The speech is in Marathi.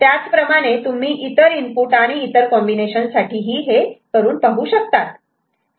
त्याच प्रमाणे तुम्ही इतर इनपुट आणि इतर कॉम्बिनेशन साठीही पाहू शकतात